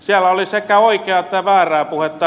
siellä oli sekä oikeaa että väärää puhetta